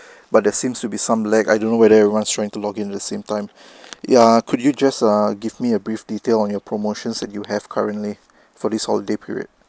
but there seems to be some lag I don't know whether everyone's trying to login at the same time yeah could you just err give me a brief detail on your promotions that you have currently for this holiday period